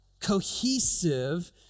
cohesive